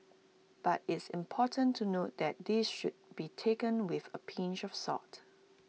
but it's important to note that this should be taken with A pinch of salt